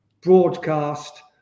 broadcast